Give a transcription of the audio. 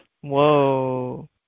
Whoa